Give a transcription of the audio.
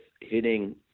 hitting